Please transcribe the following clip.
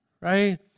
right